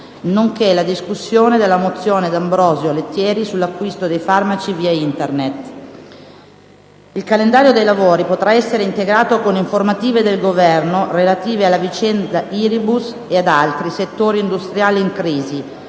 nonché la discussione della mozione D'Ambrosio Lettieri sull'acquisto dei farmaci via Internet. Il calendario dei lavori potrà essere integrato con informative del Governo relative alla vicenda Irisbus e ad altri settori industriali in crisi,